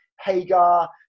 Hagar